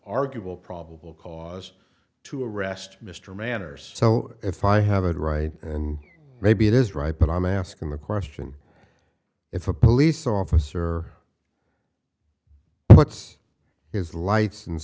arguable probable cause to arrest mr manners so if i have a right maybe it is right but i'm asking the question if a police officer lets his lights and